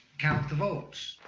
count the votes.